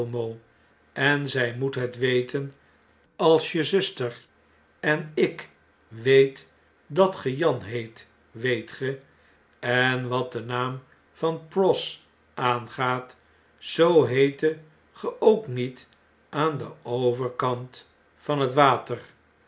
en zij moet het weten als je zuster en ik weet dat ge jan heet weet ge en wat den naam van pross aangaat zoo heettet ge ook niet aan den overkant van het water